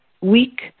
weak